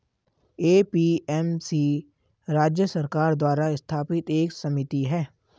APMC राज्य सरकार द्वारा स्थापित एक समिति है